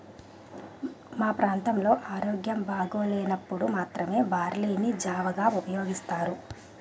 మా ప్రాంతంలో ఆరోగ్యం బాగోలేనప్పుడు మాత్రమే బార్లీ ని జావగా ఉపయోగిస్తారు